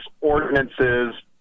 ordinances